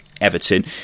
Everton